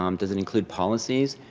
um does it include policies?